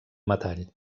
metall